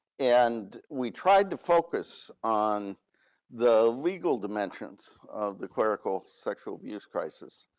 and we tried to focus on the legal dimensions of the clerical sexual abuse crisis.